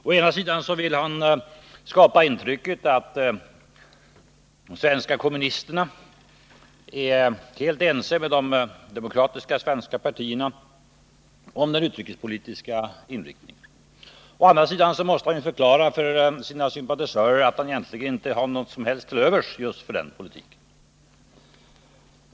Å ena sidan vill han skapa intrycket att de svenska kommunisterna är helt ense med de demokratiska svenska partierna om den utrikespolitiska inriktningen. Å andra sidan måste han förklara för sina sympatisörer att han egentligen inte har något som helst till övers för den politiken.